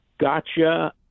gotcha